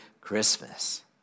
Christmas